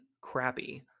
crappy